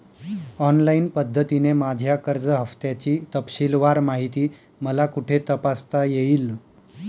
Online पद्धतीने माझ्या कर्ज हफ्त्याची तपशीलवार माहिती मला कुठे तपासता येईल?